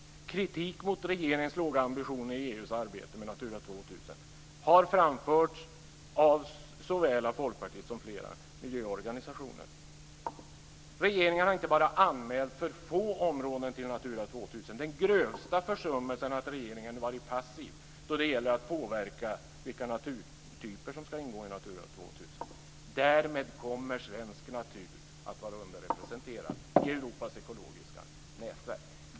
Kritik mot regeringens låga ambitioner i EU:s arbete med Natura 2000 har framförts av såväl Folkpartiet som flera miljöorganisationer. Regeringen har inte bara anmält för få områden till Natura 2000. Den grövsta försummelsen är att regeringen har varit passiv då det gäller att påverka vilka naturtyper som ska ingå i Natura 2000. Därmed kommer svensk natur att vara underrepresenterad i Europas ekologiska nätverk.